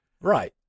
Right